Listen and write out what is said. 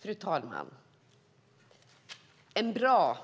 Fru talman! En bra